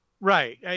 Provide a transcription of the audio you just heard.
Right